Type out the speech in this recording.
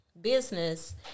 business